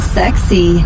sexy